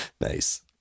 Nice